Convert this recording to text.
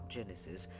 Genesis